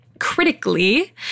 Critically